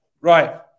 Right